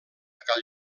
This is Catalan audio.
cal